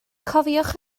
cofiwch